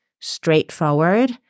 straightforward